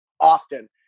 often